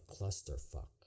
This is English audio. clusterfuck